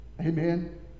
Amen